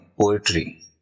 poetry